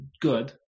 good